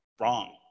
wrong